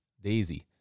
daisy